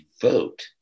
vote